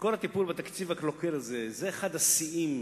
מכל הטיפול בתקציב הקלוקל הזה, זה אחד השיאים